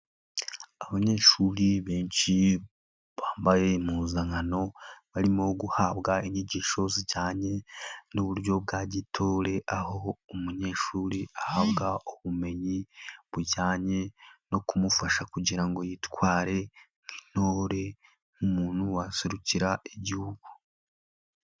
Abanyeshuri benshi bambaye impuzankano, barimo guhabwa inyigisho zijyanye n'uburyo bwa gitore, aho umunyeshuri ahabwa ubumenyi bujyanye no kumufasha kugira ngo yitware nk'intore, nk'umuntu waserukira igihugu.